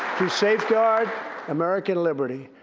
to safeguard american liberty,